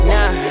Nah